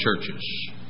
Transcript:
churches